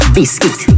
Biscuit